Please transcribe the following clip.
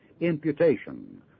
imputation